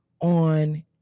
on